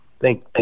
thank